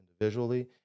individually